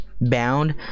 bound